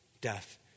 death